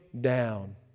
down